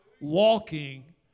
Walking